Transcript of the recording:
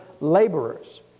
laborers